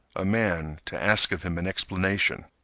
a man to ask of him an explanation.